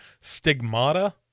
Stigmata